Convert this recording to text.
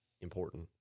important